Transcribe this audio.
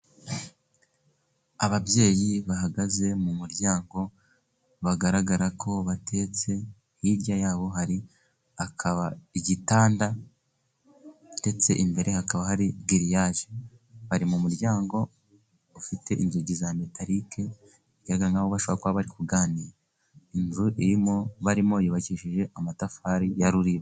Ababyeyi bahagaze mu muryango bagaragara ko batetse, hirya yabo hari hakaba igitanda ndetse imbere hakaba hari giliyage, bari mu muryango ufite inzugi za metarike, bigaragara nkaho bashobora kuba bari kuganira, inzu irimo barimo yubakishije amatafari ya ruriba.